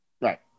Right